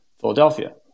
Philadelphia